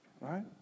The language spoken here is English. right